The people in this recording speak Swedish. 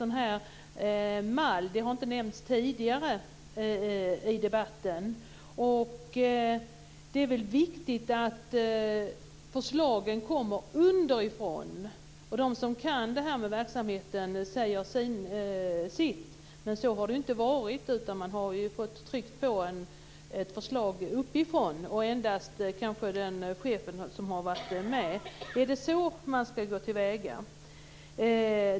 Detta är något som inte har nämnts tidigare i debatten. Det är väl viktigt att förslagen kommer underifrån och att de som kan verksamheten får säga sitt. Så har det inte varit, utan man har fått sig påtryckt ett förslag uppifrån. Det är kanske endast chefen som har fått vara med. Är det så man ska gå till väga?